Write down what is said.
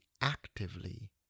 actively